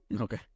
okay